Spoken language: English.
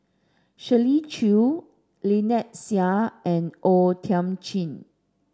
Shirley Chew Lynnette Seah and O Thiam Chin